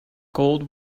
gold